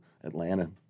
Atlanta